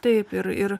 taip ir ir